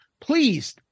please